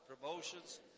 promotions